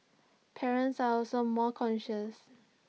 parents are also more cautious